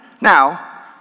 Now